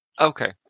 Okay